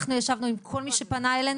אנחנו ישבנו עם כל מי שפנה אלינו.